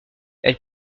elle